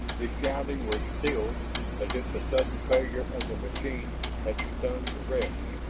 the shouting was stilled as if the sudden failure of the machines had stunned the reds.